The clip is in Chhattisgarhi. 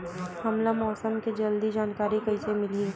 हमला मौसम के जल्दी जानकारी कइसे मिलही?